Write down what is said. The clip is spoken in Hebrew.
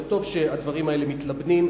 זה טוב שהדברים האלה מתלבנים.